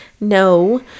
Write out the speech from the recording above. No